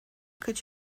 could